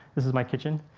this is my kitchen.